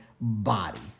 body